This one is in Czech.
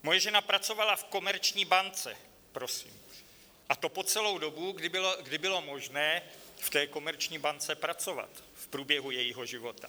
Moje žena pracovala v Komerční bance, prosím, a to po celou dobu, kdy bylo možné v té Komerční bance pracovat v průběhu jejího života.